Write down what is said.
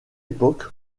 époque